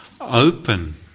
open